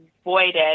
avoided